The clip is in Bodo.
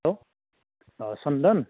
औ अह सन्दन